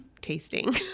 tasting